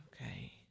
Okay